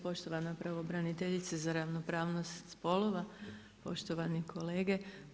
Poštovana Prvobraniteljice za ravnopravnost spolova, poštovani kolege.